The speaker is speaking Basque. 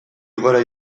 gora